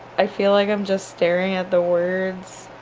i feel like i'm just staring at the words